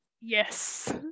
Yes